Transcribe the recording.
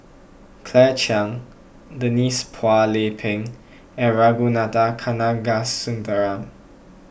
Claire Chiang Denise Phua Lay Peng and Ragunathar Kanagasuntheram